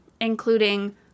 including